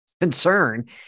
concern